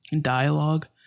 dialogue